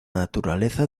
naturaleza